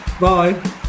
bye